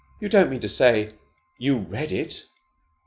you don't mean to say you read it?